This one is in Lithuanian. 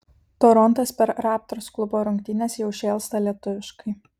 torontas per raptors klubo rungtynes jau šėlsta lietuviškai